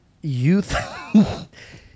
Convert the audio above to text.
Youth